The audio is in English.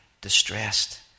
distressed